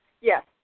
Yes